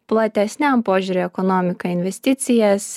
platesniam požiūriui į ekonomiką investicijas